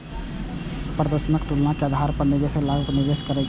निवेश प्रदर्शनक तुलना के आधार पर निवेशक आगू निवेश करै छै